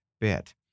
bit